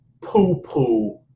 poo-poo